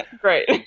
great